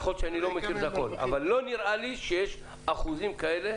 יכול להיות שאני לא מכיר את הכל אבל לא נראה לי שיש אחוזים כאלה,